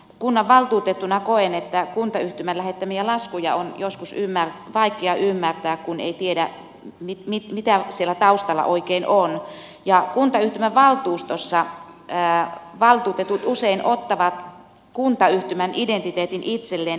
kunnanvaltuutettuna koen että kuntayhtymän lähettämiä laskuja on joskus vaikea ymmärtää kun ei tiedä mitä siellä taustalla oikein on ja kuntayhtymän valtuustossa valtuutetut usein ottavat kuntayhtymän identiteetin itselleen